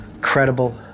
credible